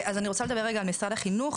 אני רוצה לדבר רגע על משרד החינוך.